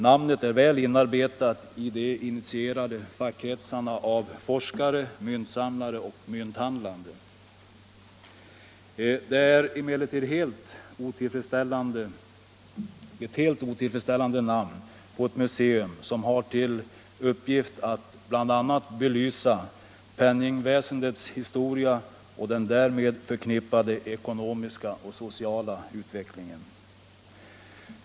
Namnet är väl inarbetat i de initierade fackkretsarna av forskare, myntsamlare och mynthandlare. Det är emellertid ett helt otillfredsställande namn på ett museum som har till uppgift att bl.a. belysa penningväsendets historia och den därmed förknippade ekonomiska och sociala utvecklingen.